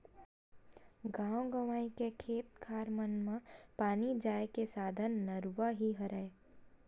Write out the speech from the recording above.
गाँव गंवई के खेत खार मन म पानी जाय के साधन नरूवा ही हरय